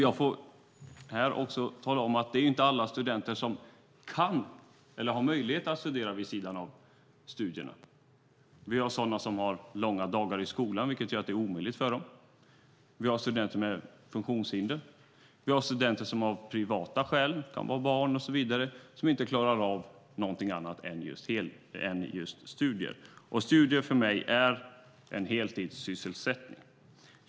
Jag får här också tala om att det inte är alla studenter som kan eller har möjlighet att arbeta vid sidan av studierna. Vi har sådana som har långa dagar i skolan, vilket gör att det är omöjligt för dem. Vi har studenter med funktionshinder. Vi har studenter som av privata skäl, det kan vara barn och så vidare, inte klarar av någonting annat än just studier. Och studier för mig är en heltidssysselsättning.